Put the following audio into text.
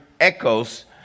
echoes